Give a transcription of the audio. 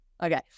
Okay